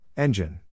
Engine